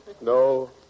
No